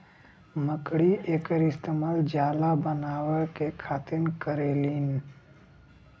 मकड़ी एकर इस्तेमाल जाला बनाए के खातिर करेलीन